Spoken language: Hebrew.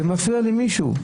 זה מפריע למישהו.